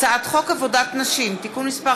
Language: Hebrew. הצעת חוק עבודת נשים (תיקון מס'